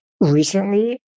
recently